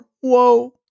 Whoa